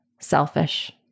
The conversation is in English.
selfish